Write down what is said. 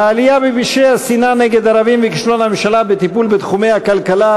העלייה בפשעי השנאה נגד ערבים וכישלון הממשלה בטיפול בתחומי הכלכלה,